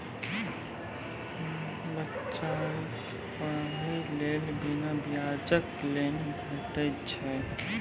बच्चाक पढ़ाईक लेल बिना ब्याजक लोन भेटै छै?